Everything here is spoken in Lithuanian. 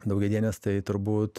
daugiadienes tai turbūt